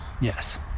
Yes